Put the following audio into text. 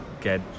get